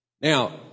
Now